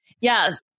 Yes